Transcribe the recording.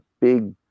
big